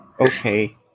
Okay